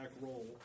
roll